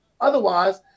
Otherwise